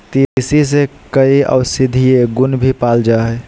तीसी में कई औषधीय गुण भी पाल जाय हइ